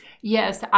Yes